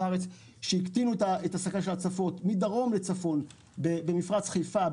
הארץ שהקטינו את סכנת ההצפות מדרום לצפון במפרץ חיפה,